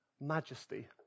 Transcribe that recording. majesty